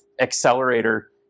accelerator